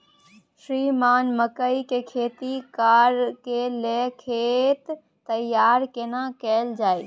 श्रीमान मकई के खेती कॉर के लेल खेत तैयार केना कैल जाए?